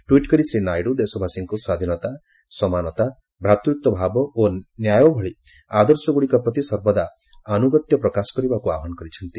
tweet କରି ଶ୍ରୀ ନାଇଡୁ ଦେଶବାସୀଙ୍କୁ ସ୍ୱାଧୀନତା ସମାନତା ଭ୍ରାତୃତ୍ୱ ଭାବ ଓ ନ୍ୟାୟ ଭଳି ଆଦର୍ଶଗୁଡ଼ିକ ପ୍ରତି ସର୍ବଦା ଆନୁଗତ୍ୟ ପ୍ରକାଶ କରିବାକୁ ଆହ୍ୱାନ କରିଛନ୍ତି